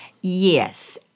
Yes